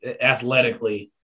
athletically